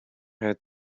had